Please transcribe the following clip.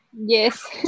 yes